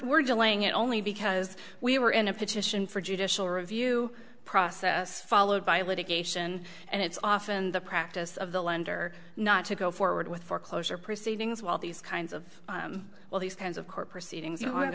we're delaying it only because we were in a petition for judicial review process followed by litigation and it's often the practice of the lender not to go forward with foreclosure proceedings while these kinds of well these kinds of court proceeding